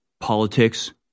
politics